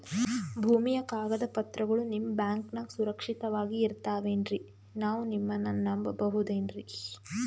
ಭೂಮಿಯ ಕಾಗದ ಪತ್ರಗಳು ನಿಮ್ಮ ಬ್ಯಾಂಕನಾಗ ಸುರಕ್ಷಿತವಾಗಿ ಇರತಾವೇನ್ರಿ ನಾವು ನಿಮ್ಮನ್ನ ನಮ್ ಬಬಹುದೇನ್ರಿ?